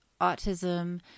autism